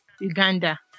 Uganda